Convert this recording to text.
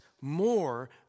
more